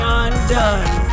undone